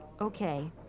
Okay